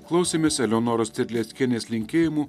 klausėmės eleonoros terleckienės linkėjimų